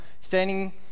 standing